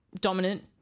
dominant